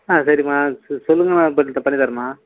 ஆ சரிம்மா சொல்லுங்கள் பண்ணித்தாரேன்ம்மா